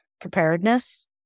Preparedness